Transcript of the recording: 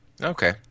Okay